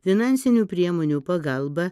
finansinių priemonių pagalba